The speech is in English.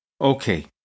Okay